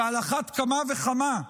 על אחת כמה וכמה,